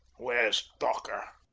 where's dawker?